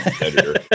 editor